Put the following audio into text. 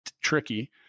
tricky